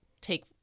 take